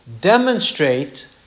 Demonstrate